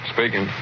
Speaking